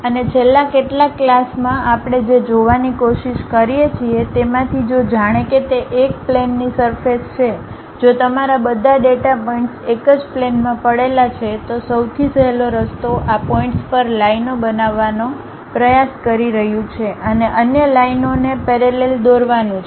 અને છેલ્લા કેટલાક ક્લાસમાં આપણે જે જોવાની કોશિશ કરીએ છીએ તેમાંથી જો જાણે કે તે એક પ્લેનની સરફેસ છે જો તમારા બધા ડેટા પોઇન્ટ્સ એક જ પ્લેનમાં પડેલા છે તો સૌથી સહેલો રસ્તો આ પોઇન્ટ્સ પર લાઇનો બનાવવાનો પ્રયાસ કરી રહ્યું છે અને અન્ય લાઈનલાઈનઓને પેરેલલ દોરવાનું છે